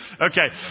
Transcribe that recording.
Okay